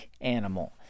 animal